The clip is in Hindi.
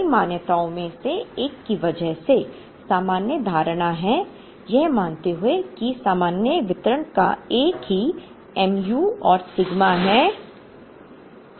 कई मान्यताओं में से एक की वजह से सामान्य धारणा है यह मानते हुए कि सामान्य वितरण का एक ही mu और सिग्मा है मोटे तौर पर